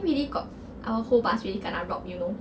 then really got our whole bus really kenna robbed you know